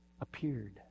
appeared